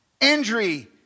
injury